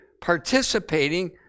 participating